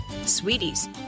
Sweeties